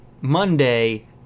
Monday